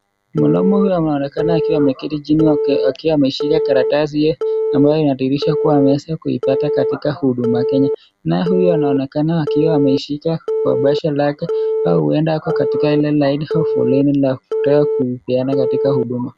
Mwanaume huyu anaonekana akiwa ameketi chini waki, akiwa ameshika ka ratasi ye, ambayo inadihirisha ameeza kuipata katika huduma Kenya, naye huyu anaonekaa akiwa ameishika kwa bahasha lake, au huenda ako katika laini ndefu la foreni la kutaka kupeana katika huduma.